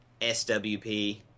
SWP